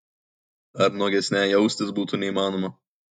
dar nuogesnei jaustis būtų nebeįmanoma